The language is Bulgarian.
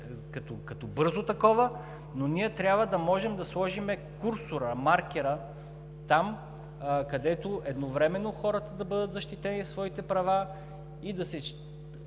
като бързо такова, но ние трябва да можем да сложим курсора, маркера там, където едновременно хората да бъдат защитени в своите права и да се